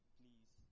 please